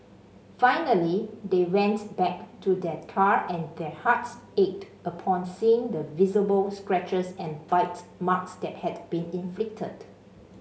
finally they went back to their car and their hearts ached upon seeing the visible scratches and bite marks that had been inflicted